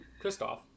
Kristoff